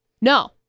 No